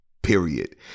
period